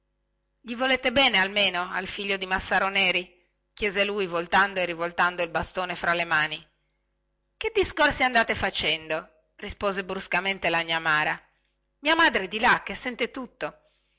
gli volete bene almeno al figlio di massaro neri chiese lui voltando e rivoltando il bastone fra le mani che discorsi andate facendo rispose bruscamente la gnà mara mia madre è di là che sente tutto